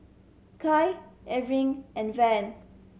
Kai and Van